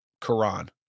Qur'an